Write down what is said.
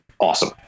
awesome